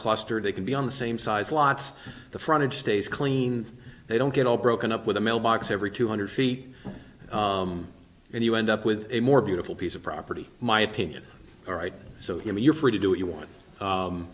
clustered they can be on the same size lots the front stays clean they don't get all broken up with a mailbox every two hundred feet and you end up with a more beautiful piece of property my opinion all right so you're free to do what you want